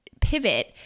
pivot